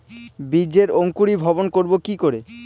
বীজের অঙ্কোরি ভবন করব কিকরে?